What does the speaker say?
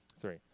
Three